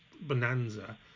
bonanza